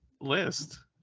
list